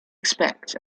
expect